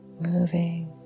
moving